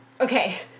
okay